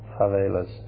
favelas